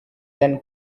then